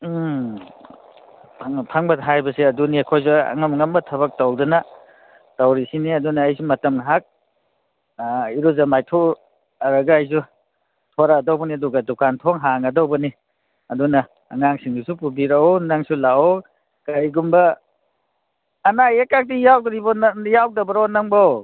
ꯎꯝ ꯑꯐꯪ ꯐꯪꯕ ꯍꯥꯏꯕꯁꯦ ꯑꯗꯨꯅꯤ ꯑꯩꯈꯣꯏꯁꯨ ꯑꯉꯝ ꯑꯉꯝꯕ ꯊꯕꯛ ꯇꯧꯗꯅ ꯇꯧꯔꯤꯁꯤꯅꯤ ꯑꯗꯨꯅ ꯑꯩꯁꯨ ꯃꯇꯝ ꯉꯥꯏꯍꯥꯛ ꯏꯔꯨꯖ ꯃꯥꯏꯊꯣꯛꯎꯔꯒ ꯑꯩꯁꯨ ꯊꯣꯔꯛꯑꯗꯕꯅꯤ ꯑꯗꯨꯒ ꯗꯨꯀꯥꯟ ꯊꯣꯡ ꯍꯥꯡꯉꯗꯧꯕꯅꯤ ꯑꯗꯨꯅ ꯑꯉꯥꯡꯁꯤꯡꯗꯨꯁꯨ ꯄꯨꯕꯤꯔꯛꯎ ꯅꯪꯁꯨ ꯂꯥꯛꯎ ꯀꯔꯤꯒꯨꯝꯕ ꯑꯅꯥ ꯑꯌꯦꯛꯀꯗꯤ ꯌꯥꯎꯗꯕ꯭ꯔꯣ ꯅꯪꯕꯣ